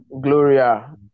Gloria